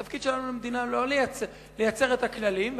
התפקיד שלנו כמדינה זה לייצר את הכללים,